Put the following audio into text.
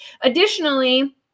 Additionally